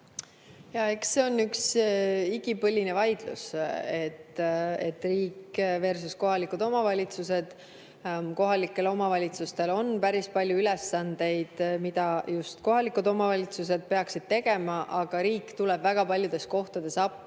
Eks see on üks igipõline vaidlus: riikversuskohalikud omavalitsused. Kohalikel omavalitsustel on päris palju ülesandeid, mida just kohalikud omavalitsused peaksid tegema, aga riik tuleb väga paljudes kohtades appi,